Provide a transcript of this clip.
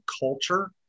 culture